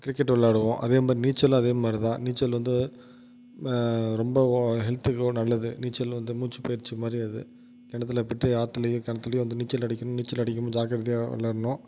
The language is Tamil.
கிரிக்கெட் விளாடுவோம் அதேமாதிரி நீச்சலும் அதேமாதிரி தான் நீச்சல் வந்து ரொம்பவும் ஹெல்த்துக்கும் நல்லது நீச்சல் வந்து மூச்சு பயிற்சி மாதிரி அது கிணத்துல போயிட்டு ஆற்றுலையோ கிணத்துலையோ வந்து நீச்சல் அடிக்கணும் நீச்சல் அடிக்கும்போது ஜாக்கிரதையா விளையாடுணும்